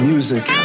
Music